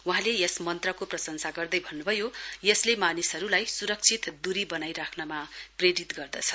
वहाँले यस मंत्रको प्रशंसा गर्दै भन्नुभयो यसले मानिसहरूलाई सुरक्षित दूरी बनाइ राख्नका लागि प्रेरित गर्दछ